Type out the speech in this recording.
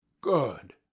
Good